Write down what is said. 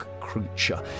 creature